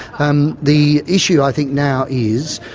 um the issue i think now is,